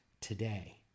today